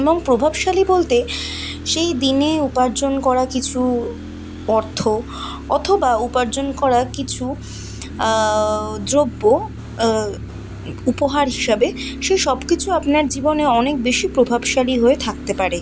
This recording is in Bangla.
এবং প্রভাবশালী বলতে সেই দিনে উপার্জন করা কিছু অর্থ অথবা উপার্জন করা কিছু দ্রব্য উপহার হিসাবে সে সবকিছু আপনার জীবনে অনেক বেশি প্রভাবশালী হয়ে থাকতে পারে